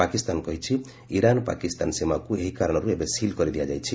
ପାକିସ୍ତାନ କହିଛି ଇରାନ୍ ପାକିସ୍ତାନ ସୀମାକୁ ଏହି କାରଣରୁ ଏବେ ସିଲ୍ କରିଦିଆଯାଇଛି